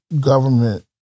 government